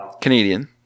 Canadian